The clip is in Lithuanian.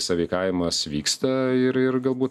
sąveikavimas vyksta ir ir galbūt